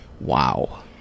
Wow